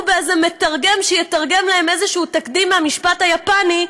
באיזה מתרגם שיתרגם להם איזה תקדים מהמשפט היפני,